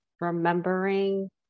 remembering